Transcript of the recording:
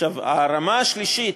עכשיו, הרמה השלישית,